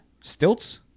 stilts